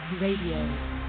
Radio